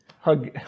Hug